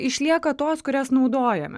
išlieka tos kurias naudojame